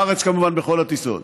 בארץ, כמובן, בכל הטיסות.